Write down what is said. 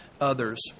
others